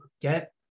get